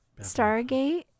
Stargate